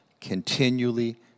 continually